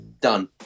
done